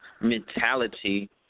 mentality